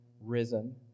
risen